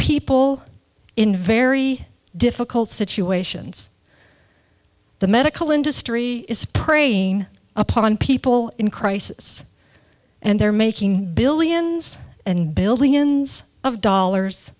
people in very difficult situations the medical industry is preying upon people in crisis and they're making billions and billions of dollars